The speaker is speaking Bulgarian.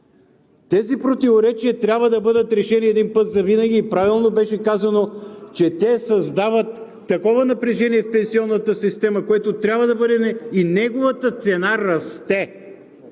Тези противоречия трябва да бъдат решени един път завинаги. И правилно беше казано, че те създават такова напрежение в пенсионната система и неговата цена расте